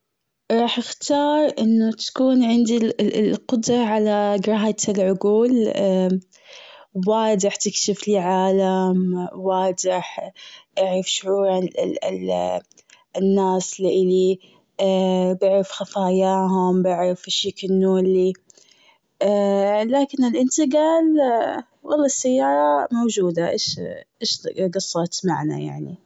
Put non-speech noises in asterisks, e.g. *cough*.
راح اختار أنه تكون عندي القدرة على قراءة العقول. *hesitation* وايد راح تكشف لي عالم واضح، *hesitation* شعور ال- الناس لإلي *hesitation* بعرف خفاياهم، بعرف اشي يكونوا لي، *hesitation* لكن الانتقال؟ *hesitation* والله السيارة موجودة ايش قصرت معنا يعني.